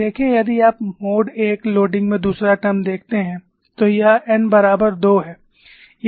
देखें यदि आप मोड 1 भार में दूसरा टर्म देखते हैं तो यह n बराबर 2 है